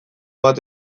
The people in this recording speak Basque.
bat